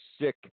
sick